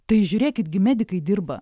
tai žiūrėkit gi medikai dirba